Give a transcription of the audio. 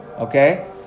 Okay